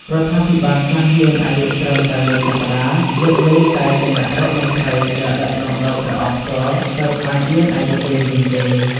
រដ្ឋាភិបាលខ្លះមានអាយុត្រឹមតែមួយសប្ដាហ៍ លើកលែងតែគណៈរដ្ឋមន្ត្រីដែលដឹកនាំដោយព្រះអង្គផ្ទាល់ ទើបអាចមានអាយុវែងជាងគេ។